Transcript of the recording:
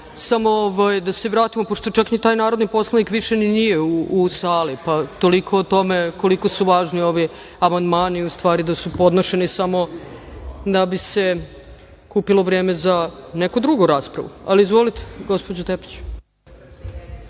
da se vratimo pošto čak ni taj narodni poslanik više i nije u sali, pa toliko o tome koliko su važni ovi amandmani, u stvari da su podnošeni samo da bi se kupilo vreme za neku drugu raspravu. Izvolite, gospođo Tepić.